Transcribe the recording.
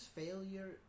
failure